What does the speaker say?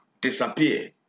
disappear